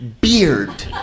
beard